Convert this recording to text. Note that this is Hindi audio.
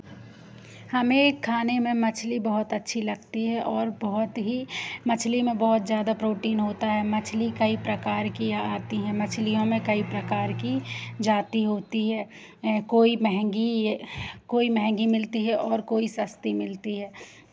हमें खाने में मछ्ली बहुत अच्छी लगती है और बहुत ही मछ्ली में बहुत ज़्यादा प्रोटीन होता है मछ्ली कई प्रकार की आती है मछलियों में कई प्रकार की जाति होती है कोई मंहगी कोई मंहगी मिलती है और कोई सस्ती मिलती है